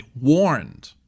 warned